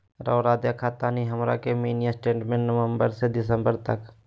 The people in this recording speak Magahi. रहुआ देखतानी हमरा के मिनी स्टेटमेंट नवंबर से दिसंबर तक?